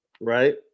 right